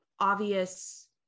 Obvious